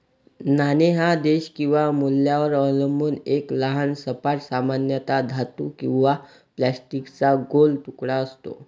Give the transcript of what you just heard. नाणे हा देश किंवा मूल्यावर अवलंबून एक लहान सपाट, सामान्यतः धातू किंवा प्लास्टिकचा गोल तुकडा असतो